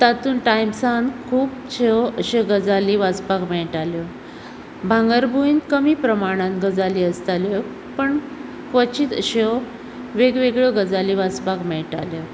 तातुंत टायम्सान खुबश्यो अश्यो गजाली वाचपाक मेळटाल्यो भांगरभुंयन कमी प्रमाणान गजाली आसताल्यो पण क्वचित अश्यो वेगवेगळ्यो गजाली वाचपाक मेळटाल्यो